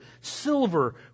silver